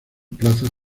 plazas